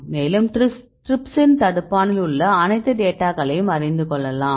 மேலும் டிரிப்சின் தடுப்பானில் உள்ள அனைத்து டேட்டாக்களையும் அறிந்து கொள்ளலாம்